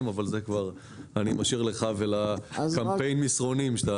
אבל את זה אני משאיר לך ולקמפיין מסרונים.